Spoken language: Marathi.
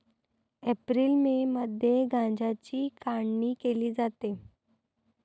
एप्रिल मे मध्ये गांजाची काढणी केली जाते